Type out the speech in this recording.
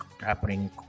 happening